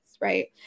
Right